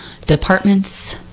departments